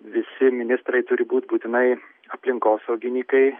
visi ministrai turi būt būtinai aplinkosauginykai